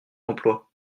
emploi